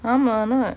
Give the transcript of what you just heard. ஆமா ஆனா:aamaa aanaa